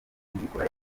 niyibikora